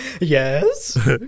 yes